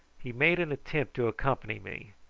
he made an attempt to accompany me,